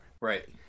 right